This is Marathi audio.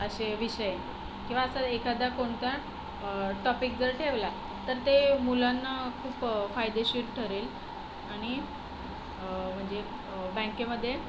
असे विषय किंवा असं एखादा कोणता टॉपिक जर ठेवला तर ते मुलांना खूप फायदेशीर ठरेल आणि म्हणजे बँकेमध्ये